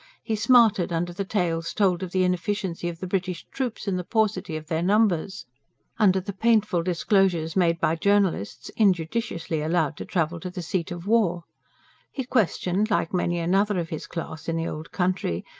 he smarted under the tales told of the inefficiency of the british troops and the paucity of their numbers under the painful disclosures made by journalists, injudiciously allowed to travel to the seat of war he questioned, like many another of his class in the old country,